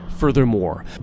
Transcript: Furthermore